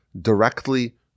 directly